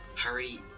hurry